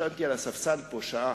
ישנתי על הספסל פה שעה,